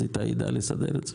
איתי יידע לסדר את זה.